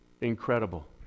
Incredible